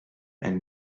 elle